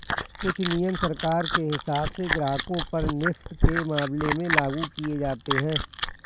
कुछ नियम सरकार के हिसाब से ग्राहकों पर नेफ्ट के मामले में लागू किये जाते हैं